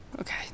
Okay